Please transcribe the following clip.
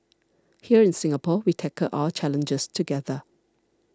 here in Singapore we tackle our challenges together